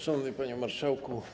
Szanowny Panie Marszałku!